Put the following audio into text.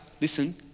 Listen